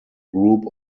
group